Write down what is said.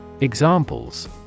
Examples